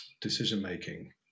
decision-making